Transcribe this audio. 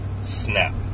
snap